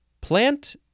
plant